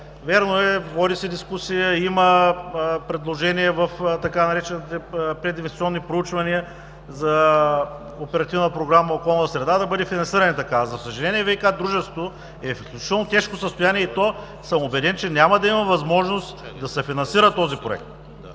Вярно е, води се дискусия, има предложения в така наречените „прединвестиционни проучвания” за Оперативна програма „Околна среда“ да бъде финансирана така. За съжаление, ВиК - дружеството е в изключително тежко състояние и съм убеден, че няма да има възможност да се финансира този проект.